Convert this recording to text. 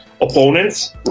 opponents